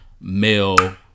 male